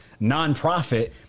nonprofit